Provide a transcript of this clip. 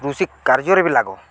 କୃଷି କାର୍ଯ୍ୟରେ ବି ଲାଗ